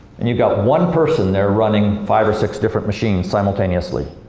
and you've got one person they're running five or six different machine simultaneously.